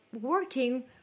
working